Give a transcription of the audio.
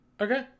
Okay